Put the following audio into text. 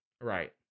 Right